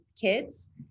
kids